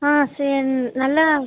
ஆ சரி நல்லா